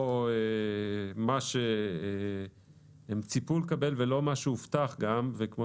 לא מה שהם ציפו לקבל וגם לא מה שהובטח וכפי